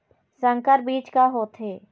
संकर बीज का होथे?